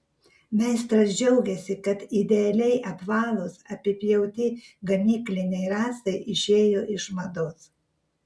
meistras džiaugiasi kad idealiai apvalūs apipjauti gamykliniai rąstai išėjo iš mados